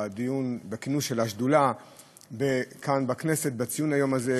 בכינוס של השדולה כאן בכנסת לציון היום הזה,